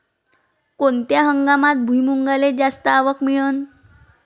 कोनत्या हंगामात भुईमुंगाले जास्त आवक मिळन?